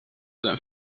than